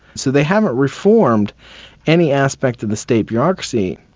so they haven't reformed any aspect of the state bureaucracy,